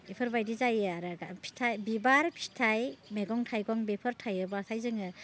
बेफोरबादि जायो आरो दा फिथाइ बिबार फिथाइ मैगं थाइगं बेफोर थायोबाथाय जोङो